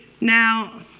now